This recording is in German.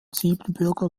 siebenbürger